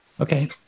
Okay